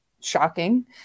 Shocking